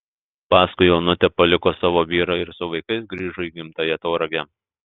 paskui onutė paliko savo vyrą ir su vaikais grįžo į gimtąją tauragę